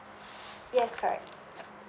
yes correct